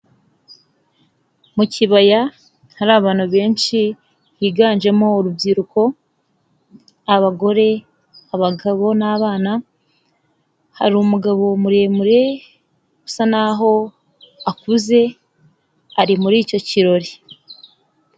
Mu kibaya hari abantu benshi higanjemo urubyiruko, abagore, abagabo n'abana, harimu umugabo muremure usa n'aho akuze ari muri icyo kirori.